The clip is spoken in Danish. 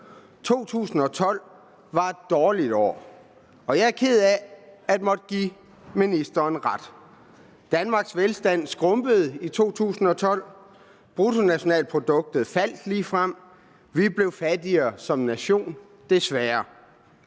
2012 var et dårligt år. Og jeg er ked af at måtte give ministeren ret. Danmarks velstand skrumpede i 2012. Bruttonationalproduktet faldt ligefrem. Vi blev fattigere som nation, desværre.